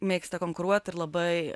mėgsta konkuruot ir labai